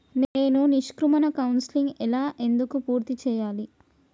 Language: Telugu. నేను నిష్క్రమణ కౌన్సెలింగ్ ఎలా ఎందుకు పూర్తి చేయాలి?